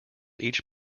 each